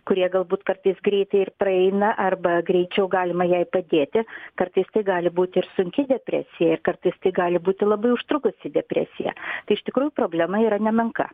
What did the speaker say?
kurie galbūt kartais greitai ir praeina arba greičiau galima jai padėti kartais tai gali būti ir sunki depresija ir kartais tai gali būti labai užtrukusi depresija tai iš tikrųjų problema yra nemenka